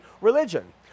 religion